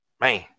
Man